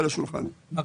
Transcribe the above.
השולחן.